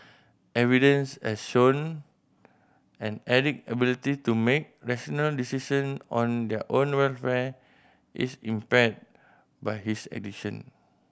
evidence has shown an addict ability to make rational decision on their own welfare is impaired by his addiction